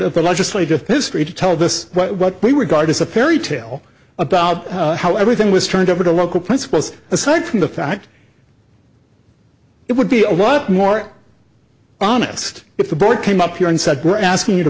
of the legislative history to tell this what we were god is a perry tale about how everything was turned over to local principles aside from the fact it would be a lot more honest with the board came up here and said we're asking you to